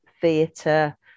theatre